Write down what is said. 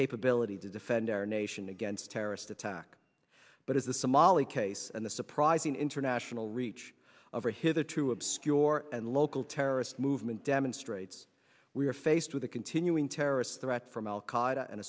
capability to defend our nation against terrorist attack but as the somali case and the surprising international reach of a hit a true obscure and local terrorist movement demonstrates we are faced with a continuing terrorist threat from al